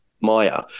Maya